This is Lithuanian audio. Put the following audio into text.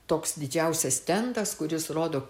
toks didžiausias stendas kuris rodo